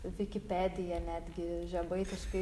vikipedia netgi žemaitiškai